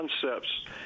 concepts